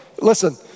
Listen